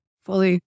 Fully